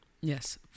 Yes